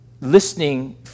listening